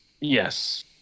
Yes